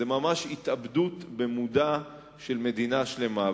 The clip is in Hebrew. אלא זו ממש התאבדות במודע של מדינה שלמה.